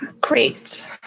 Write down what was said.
Great